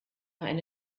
eine